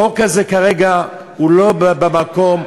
החוק הזה כרגע הוא לא במקום,